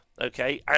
okay